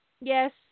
yes